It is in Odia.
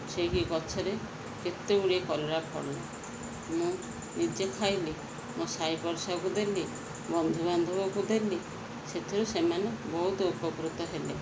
ସେଇକି ଗଛରେ କେତେ ଗୁଡ଼ିଏ କଲରା ଫଳିଲେ ମୁଁ ନିଜେ ଖାଇଲି ମୋ ସାଇ ପଡ଼ିଶାକୁ ଦେଲି ବନ୍ଧୁବାନ୍ଧବଙ୍କୁ ଦେଲି ସେଥିରୁ ସେମାନେ ବହୁତ ଉପକୃତ ହେଲେ